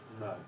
No